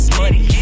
money